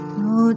no